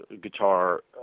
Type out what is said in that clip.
guitar